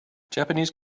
japanese